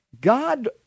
God